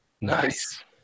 Nice